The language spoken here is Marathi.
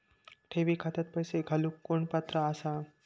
ठेवी खात्यात पैसे घालूक कोण पात्र आसा?